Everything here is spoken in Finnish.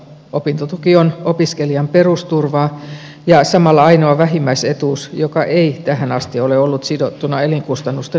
opintotuki on opiskelijan perusturvaa ja samalla ainoa vähimmäisetuus joka ei tähän asti ole ollut sidottuna elinkustannusten nousuun